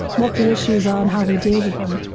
what the issues are and how we deal with them.